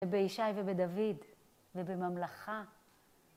ובישי ובדוד ובממלכה.